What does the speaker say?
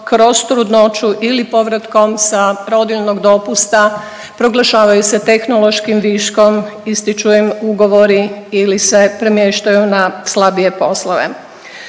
kroz trudnoću ili povratkom sa rodiljnog dopusta proglašavaju se tehnološkim viškom, ističu im ugovori ili se premještaju na slabije poslove.